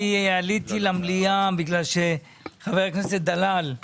אני עליתי למליאה בגלל שחבר הכנסת דלל,